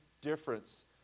difference